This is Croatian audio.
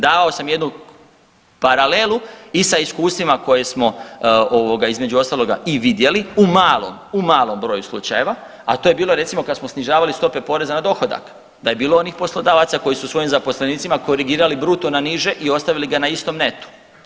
Davao sam jednu paralelu i sa iskustvima koje smo između ostaloga i vidjeli u malom, u malom broju slučajeva, a to je bilo recimo kad smo snižavali stope poreza na dohodak, da je bilo onih poslodavaca koji su svojim zaposlenicima korigirali bruto na niže i ostavili ga na istom netu.